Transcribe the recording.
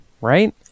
right